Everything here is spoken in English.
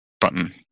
button